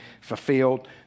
fulfilled